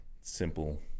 Simple